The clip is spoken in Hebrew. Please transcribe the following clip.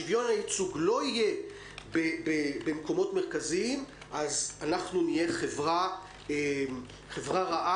שוויון הייצוג לא יהיה במקומות מרכזיים אז אנחנו נהיה חברה רעה